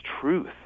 truth